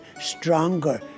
stronger